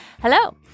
Hello